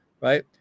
right